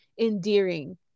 endearing